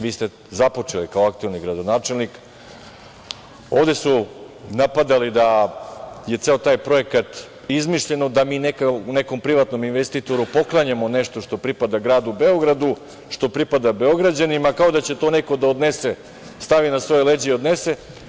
Vi ste započeli kao aktuelni gradonačelnik, ovde su napadali da je ceo taj projekat izmišljen, da mi nekom privatnom investitoru poklanjamo nešto što pripada gradu Beogradu, što pripada Beograđanima, kao da će to neko da odnese, stavi na svoja leđa i odnese.